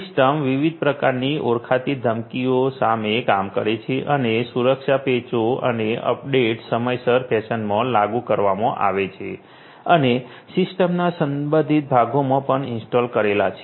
system વિવિધ પ્રકારની ઓળખાતી ધમકી સામે કામ કરે છે અને સુરક્ષા પેચો અને અપડેટ્સ સમયસર ફેશનમાં લાગુ કરવામાં આવે છે અને સિસ્ટમના સંબંધિત ભાગોમાં પણ ઇન્સ્ટોલ કરેલા છે